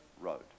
road